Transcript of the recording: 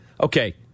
Okay